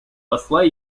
посла